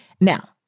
Now